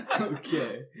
Okay